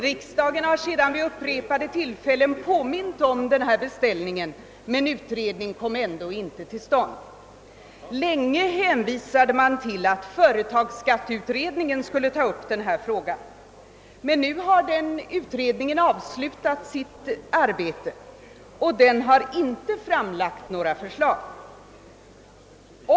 Riksdagen har sedan vid upprepade tillfällen påmint om denna beställning men utredning kom ändå inte till stånd. Länge hänvisade man till att företagsskatteutredningen skulle ta upp denna fråga. Men nu har den utredningen avslutat sitt arbete, och den har inte framlagt några förslag i denna fråga.